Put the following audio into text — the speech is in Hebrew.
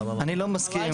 אני לא מסכים.